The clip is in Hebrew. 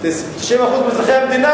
90% מאזרחי המדינה,